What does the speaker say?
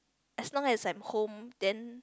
as long as I'm home then